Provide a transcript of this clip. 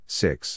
six